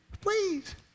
Please